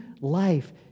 life